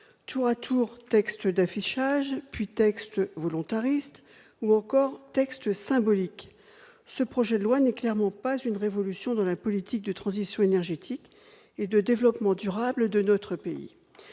tour à tour d'affichage, volontariste, puis symbolique, ce projet de loi n'est clairement pas une révolution dans la politique de transition énergétique et de développement durable de notre pays.